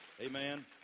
Amen